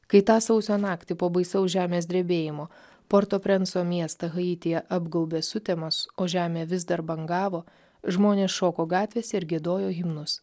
kai tą sausio naktį po baisaus žemės drebėjimo porto prenco miestą haityje apgaubė sutemos o žemė vis dar bangavo žmonės šoko gatvėse ir giedojo himnus